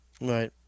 Right